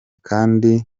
kandi